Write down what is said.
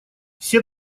все